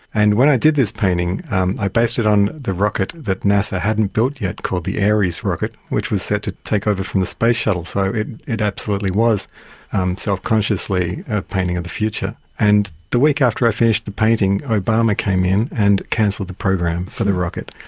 and when i did this painting i based it on the rocket that nasa hadn't built yet called the ares rocket, which was set to take over from the space shuttle, so it it absolutely was self-consciously a painting of the future. in and the week after i finished the painting, obama came in and cancelled the program for the rocket.